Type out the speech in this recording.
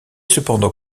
cependant